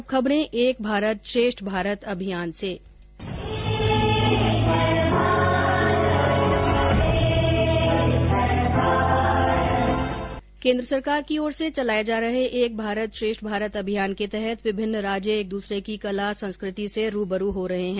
और अब खबरें एक भारत श्रेष्ठ भारत अभियान की केन्द्र सरकार की ओर से चलाए जा रहे एक भारत श्रेष्ठ भारत अभियान के तहत विभिन्न राज्य एक दूसरे की कला संस्कृति से रूबरू हो रहे है